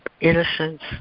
innocence